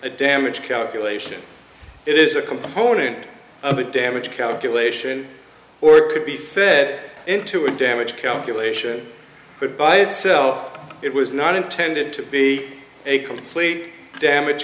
a damage calculation it is a component of the damage calculation or it could be fit into a damage calculation but by itself it was not intended to be a complete damage